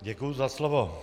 Děkuji za slovo.